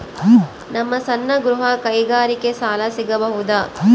ನಮ್ಮ ಸಣ್ಣ ಗೃಹ ಕೈಗಾರಿಕೆಗೆ ಸಾಲ ಸಿಗಬಹುದಾ?